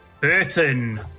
Burton